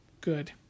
good